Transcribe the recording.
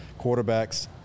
quarterbacks